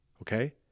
okay